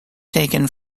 taken